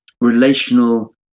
relational